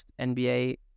NBA